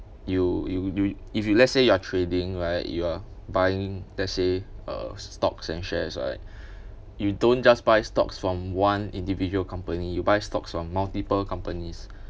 you you you if you let's say you are trading right you are buying let's say uh stocks and shares right you don't just buy stocks from one individual company you buy stocks from multiple companies